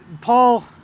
Paul